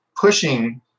pushing